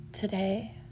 Today